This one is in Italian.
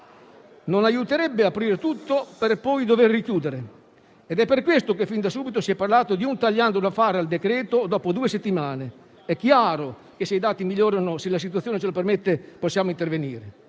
Non aiuterebbe aprire tutto per poi dover richiudere ed è per questo che fin da subito si è parlato di un tagliando da fare al decreto dopo due settimane. È chiaro che se i dati migliorano, se la situazione ce lo permette, possiamo intervenire,